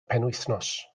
penwythnos